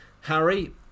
Harry